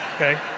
Okay